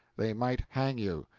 they might hang you.